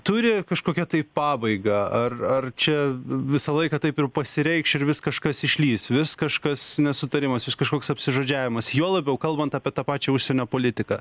turi kažkokią tai pabaigą ar ar čia visą laiką taip ir pasireikš ir vis kažkas išlįs vis kažkas nesutarimas vis kažkoks apsižodžiavimas juo labiau kalbant apie tą pačią užsienio politiką